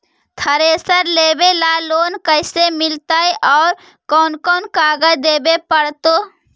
Thresher लेबे ल loan कैसे मिलतइ और कोन कोन कागज देबे पड़तै?